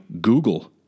Google